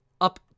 up